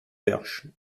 perche